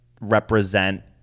represent